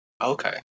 Okay